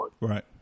Right